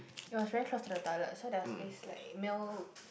it was very close to the toilet so there was this like male